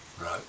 Right